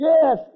Yes